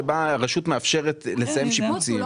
שבה הרשות מאפשרת לסיים שיפוצים.